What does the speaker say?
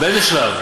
באיזה שלב?